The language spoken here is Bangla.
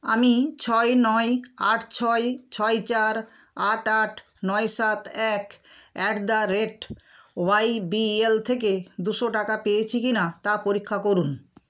আমি ছয় নয় আট ছয় ছয় চার আট আট নয় সাত এক অ্যাট দ্য রেট ওয়াইবিএল থেকে দুশো টাকা পেয়েছি কি না তা পরীক্ষা করুন